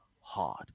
hard